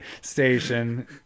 station